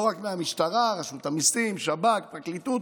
לא רק מהמשטרה, מרשות המיסים, שב"כ, פרקליטות.